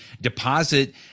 deposit